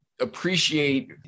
appreciate